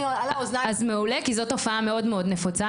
אז מעולה כי זו תופעה מאוד נפוצה.